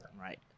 Right